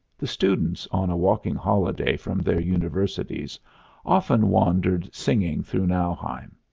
the students on a walking holiday from their universities often wandered singing through nauheim.